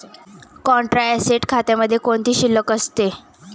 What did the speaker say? Contra asset खात्यामध्ये कोणती शिल्लक असते?